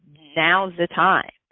now is the time.